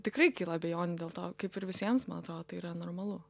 tikrai kyla abejonių dėl to kaip ir visiems man atrodo tai yra normalu